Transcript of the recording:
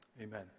Amen